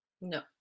no